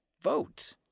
vote